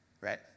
Right